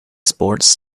sports